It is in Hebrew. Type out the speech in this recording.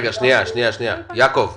האם אנחנו מדברים על 23,602 חיילים?